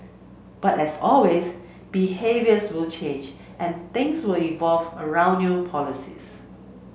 but as always behaviours will change and things will evolve around new policies